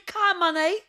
ką manai